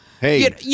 Hey